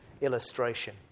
illustration